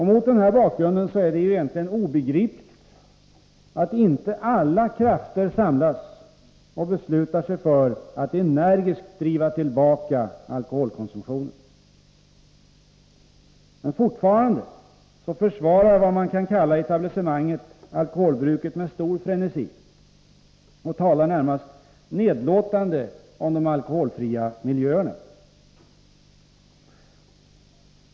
Mot denna bakgrund är det egentligen obegripligt att inte alla krafter samlas och beslutar sig för att energiskt driva tillbaka alkoholkonsumtionen. Men fortfarande försvarar det s.k. etablissemanget alkoholbruket med stor frenesi och talar närmast nedlåtande om de alkoholfria miljöerna.